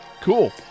Cool